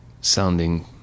sounding